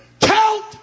count